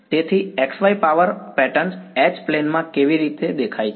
તેથી x y power pattern H - plane માં કેવી દેખાય છે